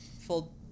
full